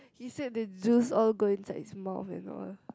is that the juice all go inside his mouth and all